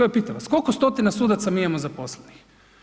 Evo pitam vas koliko stotina sudaca mi imamo zaposlenih?